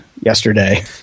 yesterday